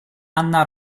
anna